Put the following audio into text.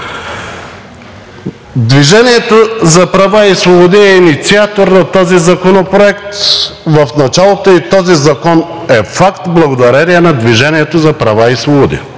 „Движение за права и свободи“ е инициатор на този законопроект в началото и този закон е факт благодарение на „Движение за права и свободи“.